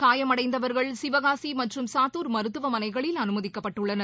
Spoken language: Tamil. காயமடைந்தவர்கள் சிவகாசி மற்றும் சாத்துர் மருத்துவமனைகளில் அனுமதிக்கப்பட்டுள்ளனர்